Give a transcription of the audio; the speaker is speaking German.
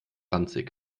ranzig